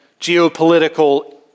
geopolitical